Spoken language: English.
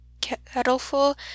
kettleful